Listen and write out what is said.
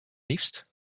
liefst